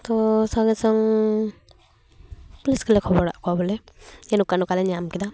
ᱛᱚ ᱥᱚᱸᱜᱮ ᱥᱚᱝ ᱯᱩᱞᱤᱥ ᱠᱚᱞᱮ ᱠᱷᱚᱵᱚᱨᱟᱫ ᱠᱚᱣᱟ ᱵᱚᱞᱮ ᱡᱮ ᱱᱚᱝᱠᱟᱼᱱᱚᱝᱠᱟ ᱞᱮ ᱧᱟᱢ ᱠᱮᱫᱟ